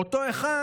אותו אחד,